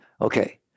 Okay